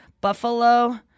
Buffalo